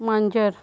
मांजर